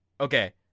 Okay